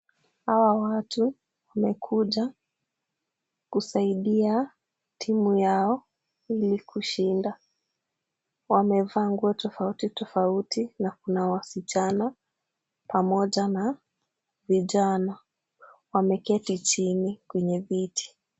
Hawa watu wamekuja kusaidia timu yao ili kushinda, Wamevaa nguo tofauti tofauti na kuna wasichana pamoja na vijana. Wameketi chini kwenye viti.